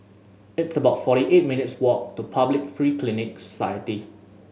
it's about forty eight minutes' walk to Public Free Clinic Society